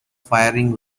firing